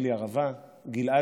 גילי ערבה וגלעד,